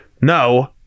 no